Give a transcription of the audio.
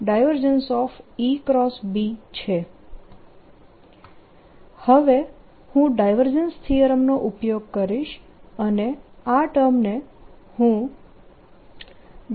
હવે હું divergence theorem નો ઉપયોગ કરીશ અને આ ટર્મને હું dS